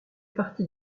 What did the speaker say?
partie